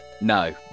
No